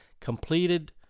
completed